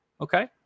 okay